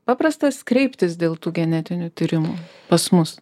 paprastas kreiptis dėl tų genetinių tyrimų pas mus